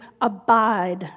abide